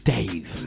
Dave